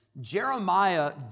Jeremiah